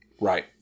right